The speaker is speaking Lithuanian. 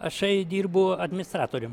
ašai dirbu administratorium